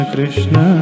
Krishna